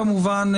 כמובן,